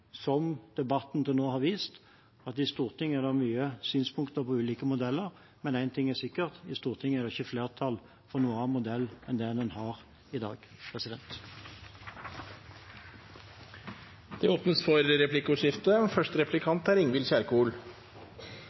slik debatten til nå har vist, at i Stortinget er det mange synspunkter på ulike modeller. Men én ting er sikkert: I Stortinget er det ikke flertall for noen annen modell enn den vi har i dag. Det blir replikkordskifte. Med den modellen vi har, vedtar Stortinget rammene, mens statsråden eier sykehusene og